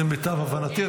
למיטב הבנתי.